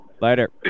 Later